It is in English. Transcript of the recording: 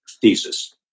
thesis